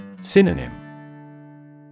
Synonym